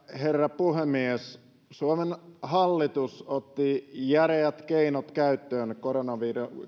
herra puhemies suomen hallitus otti järeät keinot käyttöön